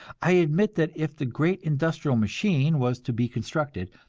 i admit that if the great industrial machine was to be constructed,